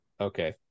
Okay